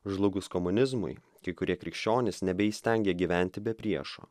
žlugus komunizmui kai kurie krikščionys nebeįstengė gyventi be priešo